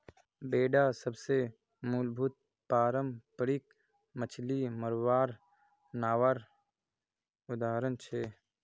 बेडा सबसे मूलभूत पारम्परिक मच्छ्ली मरवार नावर उदाहरण छे